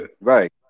Right